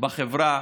בחברה